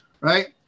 right